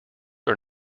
are